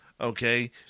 Okay